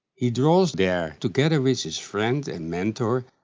he draws there together with his friend and mentor,